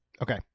Okay